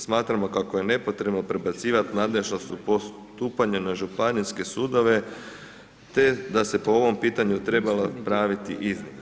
Smatramo kako je nepotrebno prebacivati nadležnost u postupanju na županijske sudove te da se po ovom pitanju trebala praviti iznimka.